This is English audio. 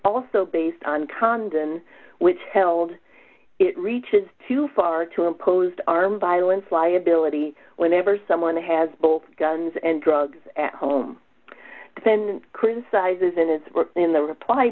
also based on condon which held it reaches too far to impose armed violence liability whenever someone has both guns and drugs at home then criticizes and is in the reply